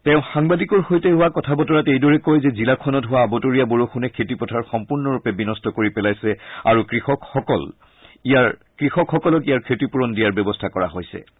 তেওঁ সাংবাদিকৰ সৈতে হোৱা কথা বতৰাত এইদৰে কয় যে জিলাখনত হোৱা আবতৰীয়া বৰষুণে খেতিপথাৰ সম্পুৰ্ণৰূপে বিন্ট কৰি পেলাইছে আৰু কৃষকসকলক ইয়াৰ ক্ষতিপূৰণ দিয়াৰ ব্যৱস্থা কৰা হ'ব